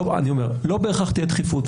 אני אומר, לא בהכרח תהיה דחיפות.